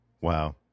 Wow